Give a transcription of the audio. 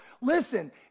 listen